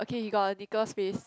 okay you got a bigger space